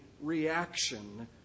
reaction